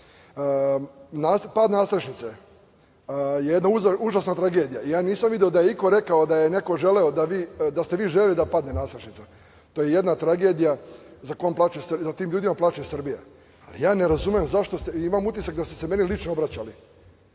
nadstrešnice, jedna užasna tragedija. Nisam video da je iko rekao da je neko želeo, da ste vi želeli da padne nadstrešnica. To je jedna tragedija, za tim ljudima plače Srbija. Imam utisak da ste se meni lično obraćali.